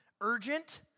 Urgent